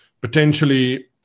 potentially